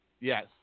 Yes